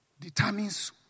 determines